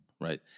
right